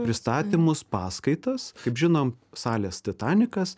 pristatymus paskaitas kaip žinom salės titanikas